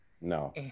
No